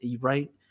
right